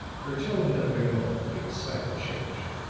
her tone had undergone a decided change.